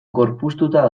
gorpuztuta